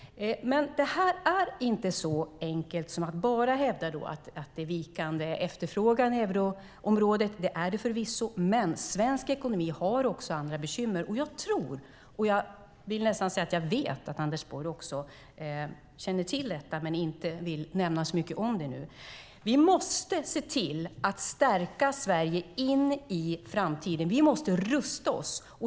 Det är inte så enkelt att bara hävda att det är fråga om vikande efterfrågan i euroområdet. Det är det förvisso. Men svensk ekonomi har också andra bekymmer. Jag vet att Anders Borg känner till detta men inte vill nämna så mycket nu. Vi måste se till att stärka Sverige in i framtiden. Vi måste rusta oss.